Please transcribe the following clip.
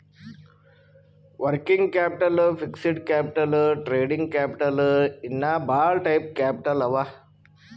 working capital, fixed capital, trading capital ಇನ್ನಾ ಭಾಳ type capital ಅವಾ